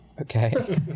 Okay